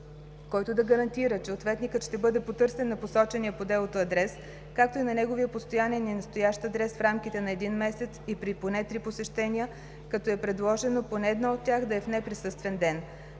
който да гарантира, че ответникът ще бъде потърсен на посочения по делото адрес, както и на неговия постоянен и настоящ адрес в рамките на един месец и при поне три посещения, като е предложено поне едно от тях да е в неприсъствен ден.